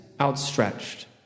outstretched